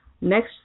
Next